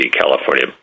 California